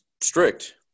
strict